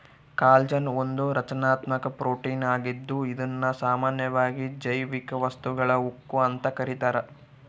collagen ಒಂದು ರಚನಾತ್ಮಕ protein ಆಗಿದ್ದು ಇದುನ್ನ ಸಾಮಾನ್ಯವಾಗಿ ಜೈವಿಕ ವಸ್ತುಗಳ ಉಕ್ಕು ಅಂತ ಕರೀತಾರ